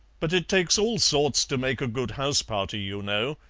but it takes all sorts to make a good house-party, you know.